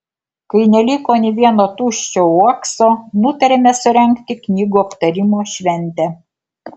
kai neliko nė vieno tuščio uokso nutarėme surengti knygų aptarimo šventę